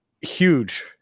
huge